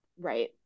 right